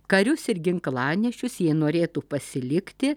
karius ir ginklanešius jie norėtų pasilikti